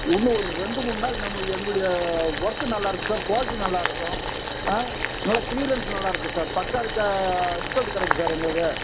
இன்னும் ஒரு ரெண்டு மூணு நாள் நம்மளுடைய எங்களுடைய ஒர்க்கு நல்லா இருக்கும் சார் க்வாலிட்டி நல்லா இருக்கும் ஆ நல்லா க்ளீரன்ஸ் நல்லா இருக்கும் சார் பக்கா க ரிசல்ட்டு கிடைக்கும் சார் எங்களுது